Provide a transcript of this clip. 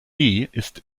ist